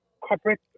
corporate